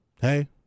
Hey